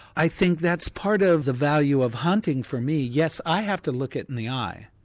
i think that's part of the value of hunting for me. yes, i have to look it in the eye.